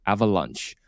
Avalanche